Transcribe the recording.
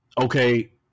okay